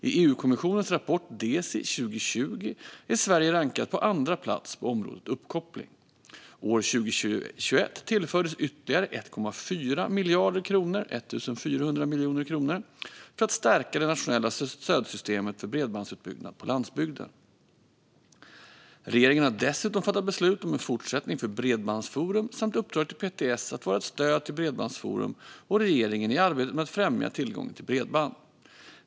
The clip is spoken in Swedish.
I EU-kommissionens rapport DESI 2020 rankades Sverige på andra plats på området uppkoppling. År 2021 tillfördes ytterligare 1,4 miljarder kronor för att stärka det nationella stödsystemet för bredbandsutbyggnad på landsbygden. Regeringen har dessutom fattat beslut om en fortsättning för Bredbandsforum samt uppdrag till PTS att vara ett stöd till Bredbandsforum och regeringen i arbetet med att främja tillgången till bredband.